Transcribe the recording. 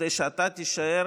כדי שאתה תישאר